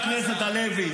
אדוני חבר הכנסת הלוי,